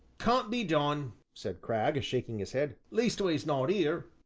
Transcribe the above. can't be done, said cragg, shaking his head, leastways not ere.